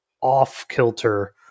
off-kilter